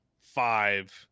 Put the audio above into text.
five –